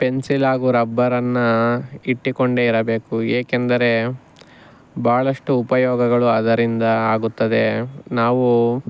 pencil ಹಾಗೂ ರಬ್ಬರನ್ನು ಇಟ್ಟುಕೊಂಡೇ ಇರಬೇಕು ಏಕೆಂದರೆ ಬಹಳಷ್ಟು ಉಪಯೋಗಗಳು ಅದರಿಂದ ಆಗುತ್ತದೆ ನಾವು